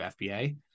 FBA